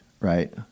right